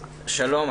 שלום.